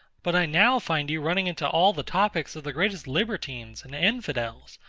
but i now find you running into all the topics of the greatest libertines and infidels,